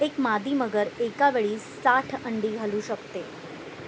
एक मादीमगर एकावेळी साठ अंडी घालू शकते